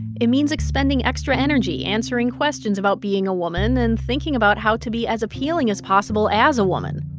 it means expending extra energy, answering questions about being a woman and thinking about how to be as appealing as possible as a woman